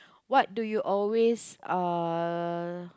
what do you always uh